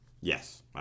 Yes